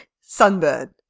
Sunburn